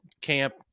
camp